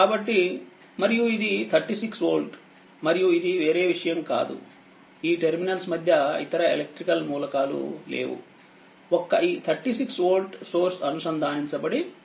కాబట్టి ఇది36వోల్ట్ మరియు ఇది వేరే విషయం కాదు ఈ టెర్మినల్స్ మధ్య ఇతర ఎలక్ట్రికల్ మూలకాలు లేవు ఒక్క 36వోల్ట్ సోర్స్ అనుసంధానించబడి ఉంది